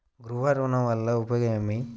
గృహ ఋణం వల్ల ఉపయోగం ఏమి?